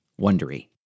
Wondery